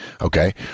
okay